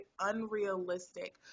unrealistic